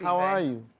how are you?